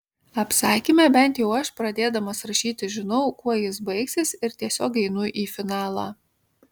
apsakyme bent jau aš pradėdamas rašyti žinau kuo jis baigsis ir tiesiog einu į finalą